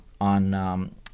on